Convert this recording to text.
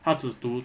他指读